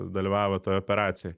dalyvavo toj operacijoj